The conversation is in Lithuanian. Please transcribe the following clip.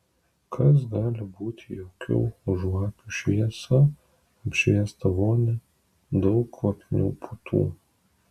kas gali būti jaukiau už žvakių šviesa apšviestą vonią daug kvapnių putų